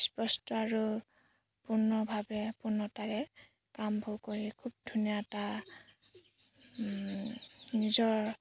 স্পষ্ট আৰু পূৰ্ণভাৱে পূৰ্ণতাৰে কামবোৰ কৰি খুব ধুনীয়া এটা নিজৰ